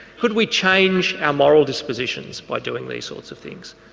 could we change our moral dispositions by doing these sorts of things?